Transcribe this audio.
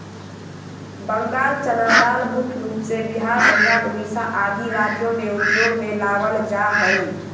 बंगाल चना दाल मुख्य रूप से बिहार, बंगाल, उड़ीसा आदि राज्य में उपयोग में लावल जा हई